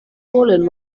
fallen